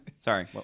Sorry